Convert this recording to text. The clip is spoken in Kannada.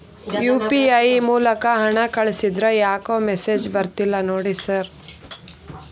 ಯು.ಪಿ.ಐ ಮೂಲಕ ಹಣ ಕಳಿಸಿದ್ರ ಯಾಕೋ ಮೆಸೇಜ್ ಬರ್ತಿಲ್ಲ ನೋಡಿ ಸರ್?